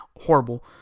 horrible